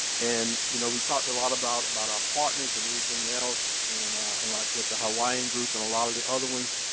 and you know we talked a lot about about our partners and everything else, and and like what the hawaiian group and a lot of the other ones.